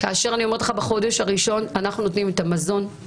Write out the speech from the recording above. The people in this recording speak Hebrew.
בחודש הראשון אנחנו נותנים את המזון,